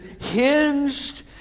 hinged